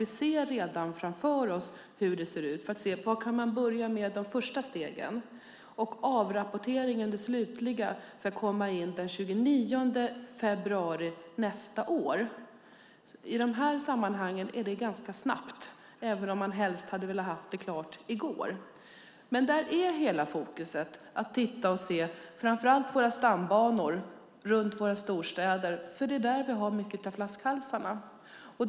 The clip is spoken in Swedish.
Vi vill se vilka första steg man kan börja med. Den slutliga avrapporteringen ska komma in den 29 februari 2012, alltså nästa år. I de här sammanhangen är det ganska snabbt, även om man helst hade velat ha det klart i går. Fokus är att titta framför allt på stambanorna runt våra storstäder, för det är där många av flaskhalsarna är.